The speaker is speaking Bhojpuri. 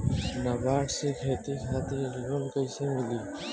नाबार्ड से खेती खातिर लोन कइसे मिली?